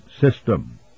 system